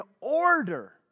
order